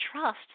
trust